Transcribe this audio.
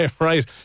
Right